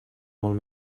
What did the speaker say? molt